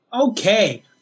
Okay